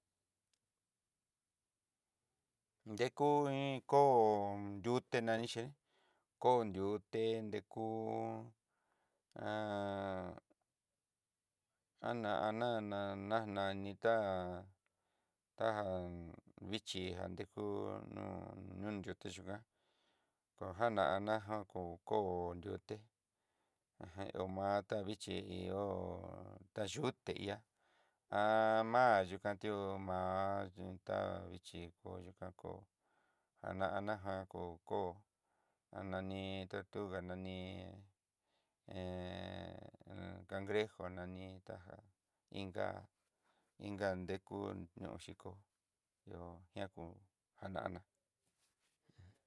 Deku iin koo nrité nanixi koó nriuté, rekú. janá na nan nani tá ja ta ján vixhí a nrengú non yuté yu'a konga nana jan koó nrité ajan ho máta vixhí ihó, tá yuté ihá má yukandió má yuntá vixhi kó yuká kó ana anajan kó koó ña nani tortuga nani angrejo nani tajá inká inká nrekú ño'o xhikó ñe'o ñakú jana aná.